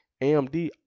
AMD